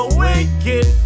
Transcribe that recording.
wicked